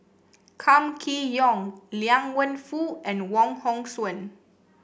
Kam Kee Yong Liang Wenfu and Wong Hong Suen